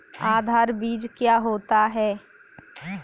आधार बीज क्या होता है?